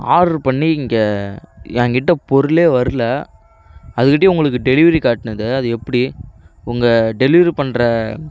order பண்ணி இங்கே ஏங்கிட்ட பொருளே வரல அதுகிட்டையும் உங்களுக்கு டெலிவரி காட்டுனுது அது எப்படி உங்கள் டெலிவரி பண்ணுற